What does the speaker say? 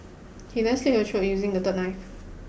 he then slit her throat using the third knife